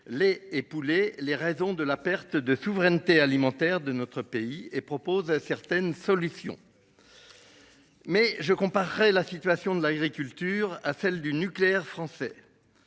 les et poulet. Les raisons de la perte de souveraineté alimentaire de notre pays et propose à certaines solutions. Mais je comparerai la situation de l'agriculture à celle du nucléaire français.